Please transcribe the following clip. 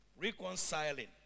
reconciling